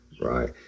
Right